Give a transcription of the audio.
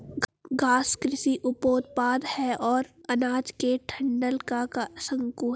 घास कृषि उपोत्पाद है और अनाज के डंठल का शंकु है